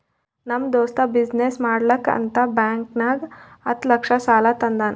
ನಮ್ ದೋಸ್ತ ಬಿಸಿನ್ನೆಸ್ ಮಾಡ್ಲಕ್ ಅಂತ್ ಬ್ಯಾಂಕ್ ನಾಗ್ ಹತ್ತ್ ಲಕ್ಷ ಸಾಲಾ ತಂದಾನ್